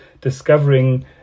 discovering